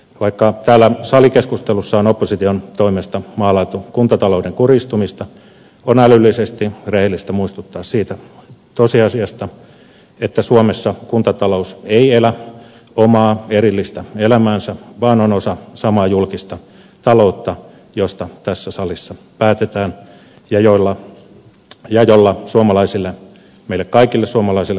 vaikka täällä salikeskustelussa on opposition toimesta maalailtu kuntatalouden kurjistumista on älyllisesti rehellistä muistuttaa siitä tosiasiasta että suomessa kuntatalous ei elä omaa erillistä elämäänsä vaan on osa samaa julkista taloutta josta tässä salissa päätetään ja jolla meille kaikille suomalaisille tärkeät palvelut rahoitetaan